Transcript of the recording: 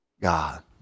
God